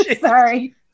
Sorry